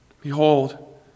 Behold